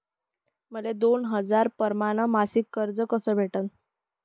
मले दोन हजार परमाने मासिक कर्ज कस भेटन?